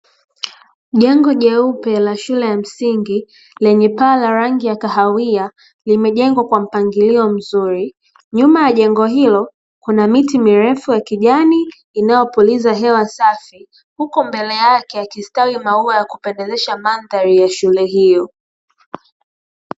Jengo jeupe la shule ya msingi lenye paa la rangi ya kahawia limejengwa kwa mpangilio mzuri. Nyuma ya jengo hilo kuna miti mirefu ya kijani inayopuliza hewa safi huku mbele yake yakistawi maua ya kupendezesha mandhari ya shule hiyo.